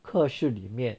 课室里面